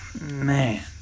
Man